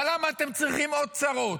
אבל למה אתם צריכים עוד צרות?